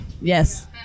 Yes